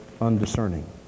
undiscerning